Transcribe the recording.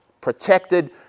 Protected